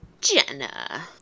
Jenna